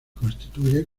constituye